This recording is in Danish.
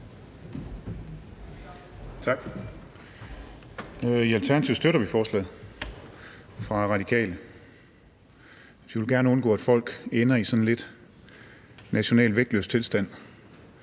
I Alternativet støtter vi forslaget fra Radikale. Vi vil gerne undgå, at folk ender i sådan en lidt nationalt vægtløs tilstand